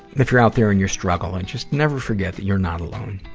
if you're out there and you're struggling, just never forget that you're not alone.